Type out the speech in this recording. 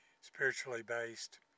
spiritually-based